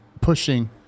pushing